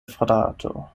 frato